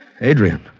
Adrian